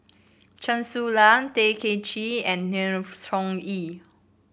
Chen Su Lan Tay Kay Chin and Sng Choon Yee